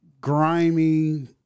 grimy